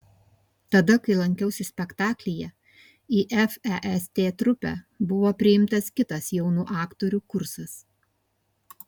tada kai lankiausi spektaklyje į fest trupę buvo priimtas kitas jaunų aktorių kursas